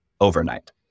overnight